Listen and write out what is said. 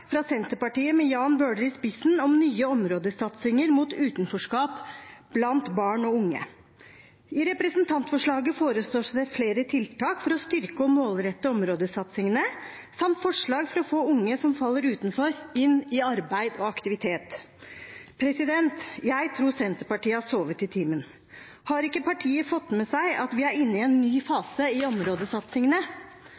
fra Senterpartiet, med Jan Bøhler i spissen, om nye områdesatsinger mot utenforskap blant barn og unge. I representantforslaget foreslås det flere tiltak for å styrke og målrette områdesatsingene samt tiltak for å få unge som faller utenfor, inn i arbeid og aktivitet. Jeg tror Senterpartiet har sovet i timen. Har ikke partiet fått med seg at vi er inne i en ny